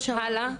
הלאה.